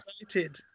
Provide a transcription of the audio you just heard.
excited